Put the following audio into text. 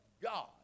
God